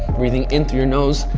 breathing in through your nose,